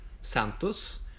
Santos